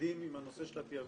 מתמודדים עם הנושא של התיאגוד?